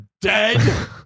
dead